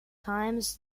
times